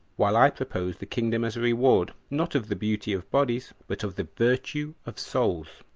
while i propose the kingdom as a reward, not of the beauty of bodies, but of the virtue of souls,